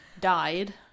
died